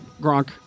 Gronk